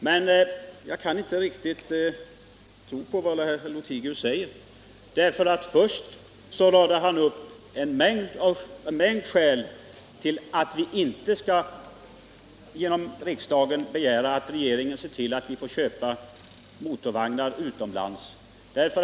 Men jag kan inte riktigt tro på herr Lothigius, ty först radade han upp en mängd skäl för att riksdagen inte skall begära hos regeringen att motorvagnarna köps i Sverige.